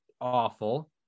awful